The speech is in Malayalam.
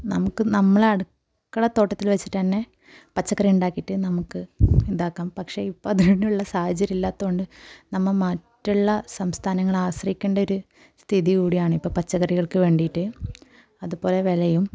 നമുക്ക് നമ്മളെ അടുക്കള തോട്ടത്തിൽ വച്ചിട്ട് തന്നെ പച്ചക്കറിയുണ്ടാക്കിയിട്ട് നമുക്ക് ഉണ്ടാക്കാം പക്ഷെ അതിനുള്ള സാഹചര്യം ഇല്ലാത്തത് കൊണ്ട് നമ്മൾ മറ്റുള്ള സംസ്ഥാനങ്ങളെ ആശ്രയിക്കേണ്ട ഒരു സ്ഥിതി കൂടിയാണിപ്പോൾ പച്ചക്കറികൾക്ക് വേണ്ടിയിട്ട് അതുപോലെ വിലയും